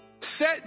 Set